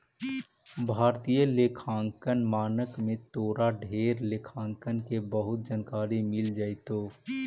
भारतीय लेखांकन मानक में तोरा ढेर लेखांकन के बहुत जानकारी मिल जाएतो